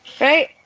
right